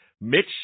Mitch